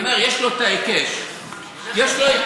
אני לא יודעת, הוא